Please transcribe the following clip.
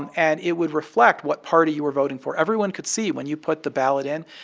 and and it would reflect what party you were voting for. everyone could see when you put the ballot in.